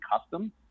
custom